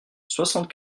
soixante